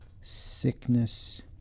sickness